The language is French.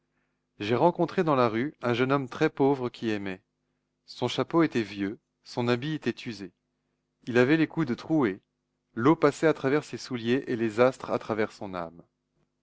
j'ai rencontré dans la rue un jeune homme très pauvre qui aimait son chapeau était vieux son habit était usé il avait les coudes troués l'eau passait à travers ses souliers et les astres à travers son âme